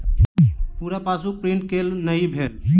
पूरा passbook print केल नहि भेल